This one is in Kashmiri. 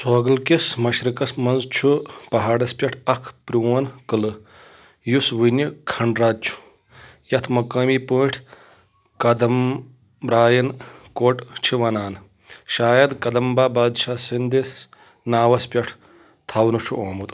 سوگل کِس مشرِقَس منٛز چھُ پہاڑس پٮ۪ٹھ اکھ پرٛون قٕلہٕ، یُس ؤنہِ کھنڈرات چھُ، یتھ مقٲمی پٲٹھۍ کدمبراین کوٹ چھِ وَنان، شاید کدَمبا بادشاہ سنٛدِس ناوَس پٮ۪ٹھ تھونہٕ چھُ آمُت